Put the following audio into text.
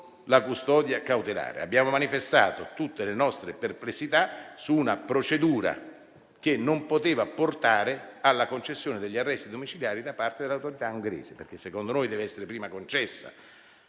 abbiamo manifestato tutte le nostre perplessità su una procedura che non poteva portare alla concessione degli arresti domiciliari da parte dell'autorità ungherese perché secondo noi il beneficio deve